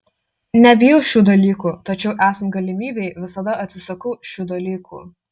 nebijau šių dalykų tačiau esant galimybei visada atsisakau šių dalykų